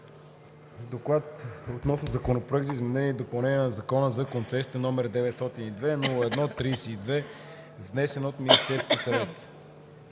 „ДОКЛАД относно Законопроект за изменение и допълнение на Закона за концесиите, № 902-01-32, внесен от Министерския съвет